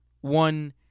One